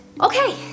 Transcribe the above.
Okay